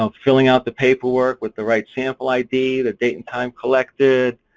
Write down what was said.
um filling out the paperwork with the right sample id, the date and time collected,